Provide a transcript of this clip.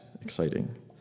exciting